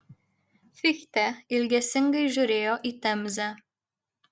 fichtė ilgesingai žiūrėjo į temzę